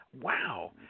Wow